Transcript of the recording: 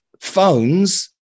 phones